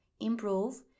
improve